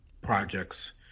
projects